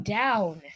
down